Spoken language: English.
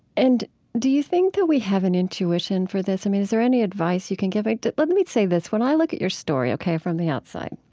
and do you think that we have an intuition for this? i mean, is there any advice you can give? let me say this. when i look at your story, ok, from the outside,